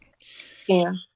Scam